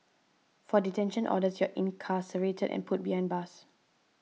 for detention orders you're incarcerated and put behind bars